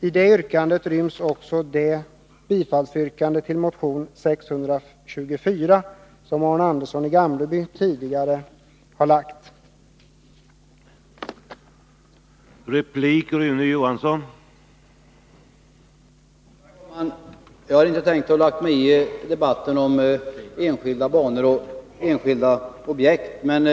I det yrkandet ryms också det bifallsyrkande till motion 624 som Arne Andersson i Gamleby tidigare har framställt.